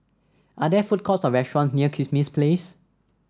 are there food courts or restaurant near Kismis Place